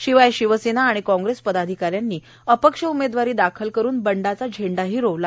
शिवाय शिवसेना आणि काँग्रेस पदाधिकाऱ्यांनी अपक्ष उमेदवारी दाखल करून बंडाचा झेंडा रोवला